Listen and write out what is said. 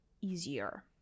easier